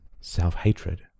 self-hatred